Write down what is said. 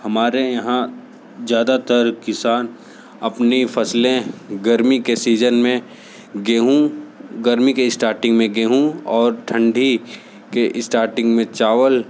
हमारे यहाँ ज्यादातर किसान अपनी फ़सलें गर्मी के सीजन में गेहूँ गर्मी के स्टाटिंग में गेहूँ और ठंडी के इस्टार्टिंग में चावल